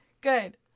Good